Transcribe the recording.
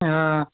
हा